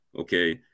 Okay